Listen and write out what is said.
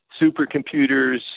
supercomputers